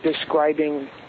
describing